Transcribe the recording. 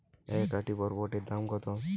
এক আঁটি বরবটির দাম কত?